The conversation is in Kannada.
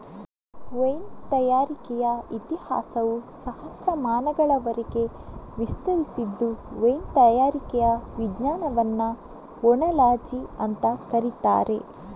ವೈನ್ ತಯಾರಿಕೆಯ ಇತಿಹಾಸವು ಸಹಸ್ರಮಾನಗಳವರೆಗೆ ವಿಸ್ತರಿಸಿದ್ದು ವೈನ್ ತಯಾರಿಕೆಯ ವಿಜ್ಞಾನವನ್ನ ಓನಾಲಜಿ ಅಂತ ಕರೀತಾರೆ